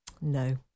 no